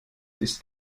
ist